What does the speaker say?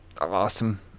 Awesome